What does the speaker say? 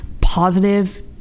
positive